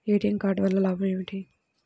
ATM card వల్ల లాభం ఏమిటి?